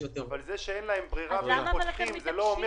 זה שאין להם ברירה והם פותחים לא אומר